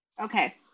Okay